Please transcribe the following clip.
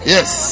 Yes